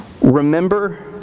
remember